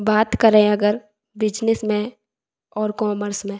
बात करें अगर बिज़नेस में और कॉमर्स में